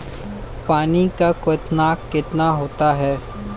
पानी का क्वथनांक कितना होता है?